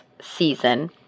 season